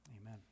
Amen